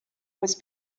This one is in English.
was